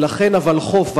ולכן ולחו"ף,